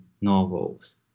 novels